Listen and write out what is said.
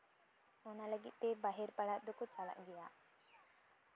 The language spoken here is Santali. ᱚᱱᱟ ᱞᱟᱹᱜᱤᱫ ᱛᱮ ᱵᱟᱦᱨᱮ ᱯᱟᱲᱦᱟᱜ ᱫᱚᱠᱚ ᱪᱟᱞᱟᱜ ᱜᱮᱭᱟ